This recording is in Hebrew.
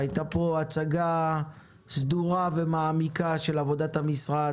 הייתה פה הצגה סדורה ומעמיקה של עבודת המשרד,